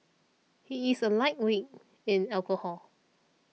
he is a lightweight in alcohol